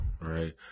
Right